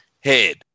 head